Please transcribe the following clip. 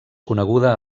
coneguda